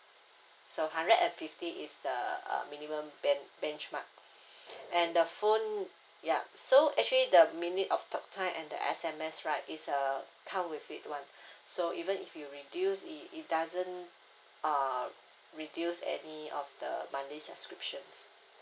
so hundred and fifty is the uh minimum ben~ benchmark and the phone ya so actually the minute of talk time and the S_M_S right is uh come with it one so even if you reduce it it doesn't uh reduce any of the monthly subscriptions